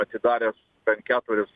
atidaręs keturis